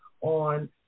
on